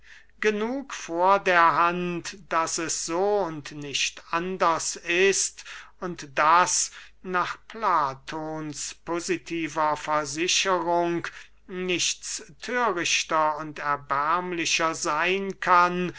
genug vor der hand daß es so und nicht anders ist und daß nach platons positiver versicherung nichts thörichter und erbärmlicher seyn kann